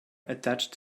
attached